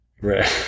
right